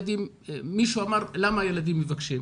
מישהו אמר למה הילדים מבקשים.